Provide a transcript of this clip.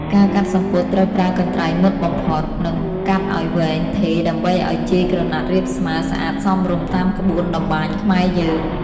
ការកាត់សំពត់ត្រូវប្រើកន្ត្រៃមុតបំផុត និង កាត់ឱ្យវែងថេរដើម្បីឱ្យជាយក្រណាត់រាបស្មើស្អាតសមរម្យតាមក្បួនតម្បាញខ្មែរយើង។